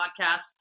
podcast